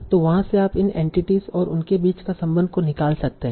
तो वहाँ से आप इन एंटिटीस और उनके बीच का संबंध को निकाल सकते हैं